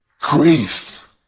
Grief